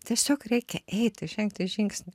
tiesiog reikia eiti žengti žingsnį